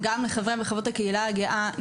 נשמרים, גם לחברי ולחברות הקהילה הגאה.